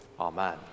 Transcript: Amen